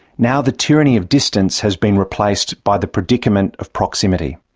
now the tyranny of distance has been replaced by the predicament of proximity.